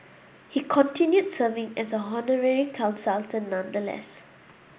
he continued serving as an honorary consultant nonetheless